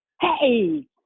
Hey